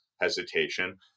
hesitation